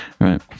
right